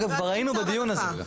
ואגב, כבר היינו בדיון הזה.